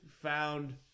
found